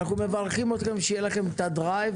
אנחנו מברכים אתכן שיהיה לכן את הדרייב